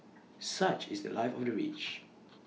such is The Life of the rich